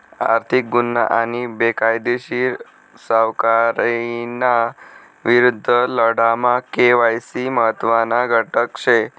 आर्थिक गुन्हा आणि बेकायदेशीर सावकारीना विरुद्ध लढामा के.वाय.सी महत्त्वना घटक शे